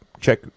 check